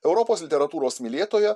europos literatūros mylėtoją